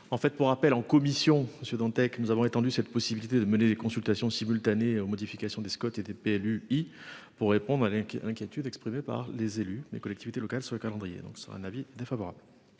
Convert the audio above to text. En fait, pour rappel en commission monsieur Dantec. Nous avons étendu cette possibilité de mener des consultations simultanées aux modifications des squats et des PLU il pour répondre à l'inquiétude exprimée par les élus des collectivités locales sur le calendrier donc sur un avis défavorable.